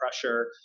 pressure